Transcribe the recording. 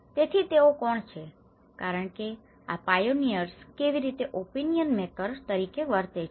તેથી તેઓ કોણ છે કારણ કે આ પાયોનિઅર્સ કેવી રીતે ઓપિનિયન મેકર્સ તરીકે વર્તે છે